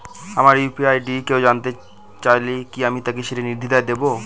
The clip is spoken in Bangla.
আমার ইউ.পি.আই আই.ডি কেউ চাইলে কি আমি তাকে সেটি নির্দ্বিধায় দেব?